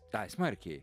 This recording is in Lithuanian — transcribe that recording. ai smarkiai